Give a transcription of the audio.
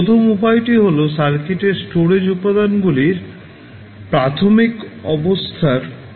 প্রথম উপায়টি হল সার্কিটের স্টোরেজ উপাদানগুলির প্রাথমিক অবস্থার ব্যবহার করে